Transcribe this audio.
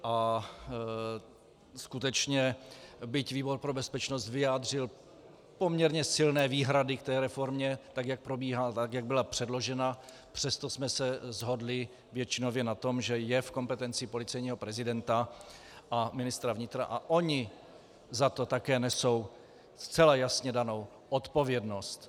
A skutečně, byť výbor pro bezpečnost vyjádřil poměrně silné výhrady k té reformě, tak jak byla předložena, přesto jsme se shodli většinově na tom, že je v kompetenci policejního prezidenta a ministra vnitra a oni za to také nesou zcela jasně danou odpovědnost.